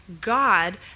God